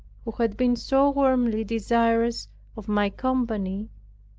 who had been so warmly desirous of my company,